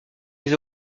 les